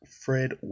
Fred